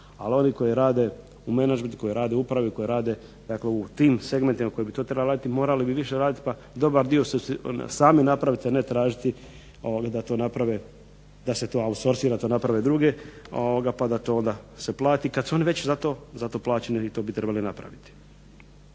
Ali oni koji rade u menadžmentu, koji rade u upravi koji rade u tim segmentima koji trebaju raditi morali bi više raditi, dobar dio sami napraviti a ne tražiti da se to outsorsira da to naprave druge, pa da to onda se plati kada su oni već za to plaćeni i to bi trebali napraviti.